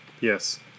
Yes